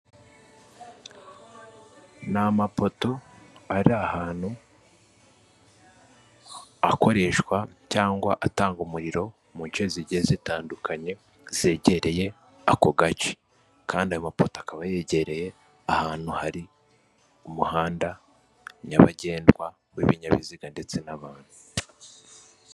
Ni amapoto ari ahantu, akoreshwa cyangwa atanga umuriro mu nce zigiye zitandukanye zegereye ako gace kandi ayo mapoto akaba yegereye ahantu hari umuhanda nyabagendwa w'ibinyabiziga ndetse n'abantu.